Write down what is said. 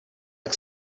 jak